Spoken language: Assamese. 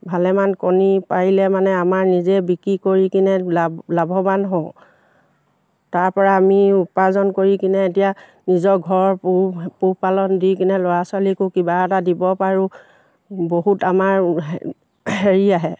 ভালেমান কণী পাৰিলে মানে আমাৰ নিজে বিক্ৰী কৰি কিনে লাভ লাভৱান হওঁ তাৰপৰা আমি উপাৰ্জন কৰি কিনে এতিয়া নিজৰ ঘৰৰ পোহ পোহপালন দি কিনে ল'ৰা ছোৱালীকো কিবা এটা দিব পাৰোঁ বহুত আমাৰ হেৰি আহে